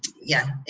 yeah.